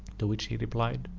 to which he replied,